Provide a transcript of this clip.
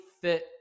fit